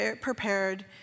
prepared